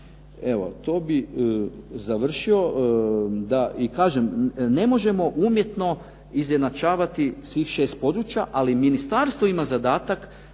Evo to bih završio. Da i kažem ne možemo umjetno izjednačavati svih šest područja, ali ministarstvo ima zadatak